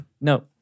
no